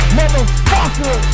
motherfucker